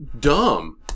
dumb